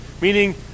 Meaning